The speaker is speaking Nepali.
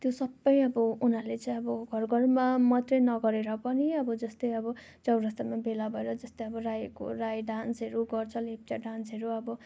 त्यो सब अब उनीहरूले चाहिँ अब घर घरमा मात्र नगरेर पनि अब जस्तो अब चौरस्तामा भेला भएर जस्तो अब राईहरूको राई डान्सहरू गर्छ लेप्चा डान्सहरू अब